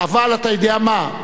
אבל אתה יודע מה?